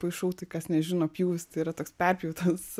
paišau tai kas nežino pjūvis tai yra toks perpjautas